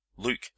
Luke